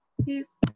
please